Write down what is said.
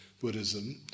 Buddhism